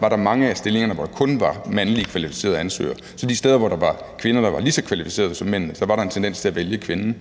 var der mange af stillingerne, hvor der kun var mandlige kvalificerede ansøgere, så de steder, hvor der var kvinder, der var lige så kvalificerede som mændene, var der en tendens til at vælge kvinden.